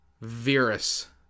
Virus